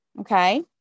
okay